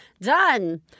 Done